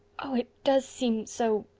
oh, it does seem so.